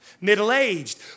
middle-aged